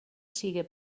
siga